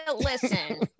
listen